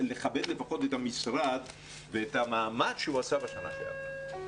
לפחות את המשרד ואת המאמץ שהוא עשה בשנה שעברה.